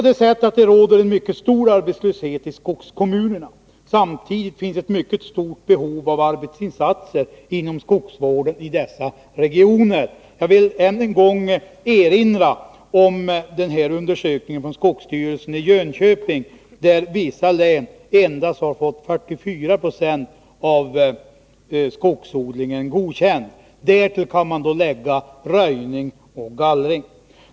Det råder en mycket stor arbetslöshet i skogskommunerna, samtidigt som det finns ett omfattande behov av arbetsinsatser inom skogsvården i dessa regioner. Jag vill än en gång erinra om den undersökning som utförts av skogsstyrelsen i Jönköping och enligt vilken vissa län har fått endast 44 96 av skogsodlingen godkänd. Därtill kan man lägga röjning och gallring.